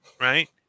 right